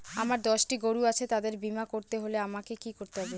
আমার দশটি গরু আছে তাদের বীমা করতে হলে আমাকে কি করতে হবে?